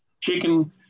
chicken